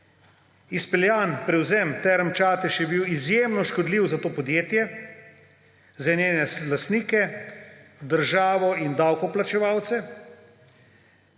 izpeljan prevzem Term Čatež je bil izjemno škodljiv za to podjetje, za njegove lastnike, državo in davkoplačevalce.